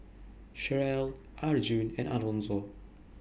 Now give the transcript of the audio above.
Cherelle Arjun and Alonzo